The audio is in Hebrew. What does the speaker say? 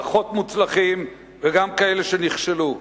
פחות מוצלחים וגם כאלה שנכשלו,